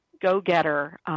go-getter